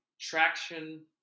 traction